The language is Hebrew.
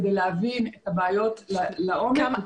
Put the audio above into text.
כדי להבין את הבעיות לעומק.